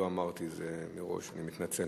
לא אמרתי את זה מראש, ואני מתנצל.